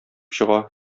чыга